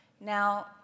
Now